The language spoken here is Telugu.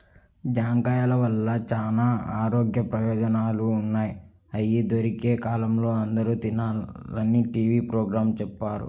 జాంకాయల వల్ల చానా ఆరోగ్య ప్రయోజనాలు ఉన్నయ్, అయ్యి దొరికే కాలంలో అందరూ తినాలని టీవీ పోగ్రాంలో చెప్పారు